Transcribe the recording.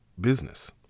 business